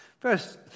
Verse